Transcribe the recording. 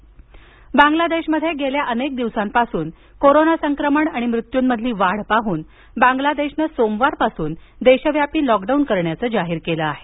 बांगलादेश टाळेबंदी बांग्लादेशमध्ये गेले अनेक दिवसांपासून कोरोना संक्रमण आणि मृत्युंमधील वाढ पाहून बांग्लादेशनं सोमवारपासून देशव्यापी लॉकडाऊन करण्याचं जाहीर केलं आहे